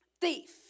thief